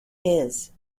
his